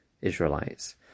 Israelites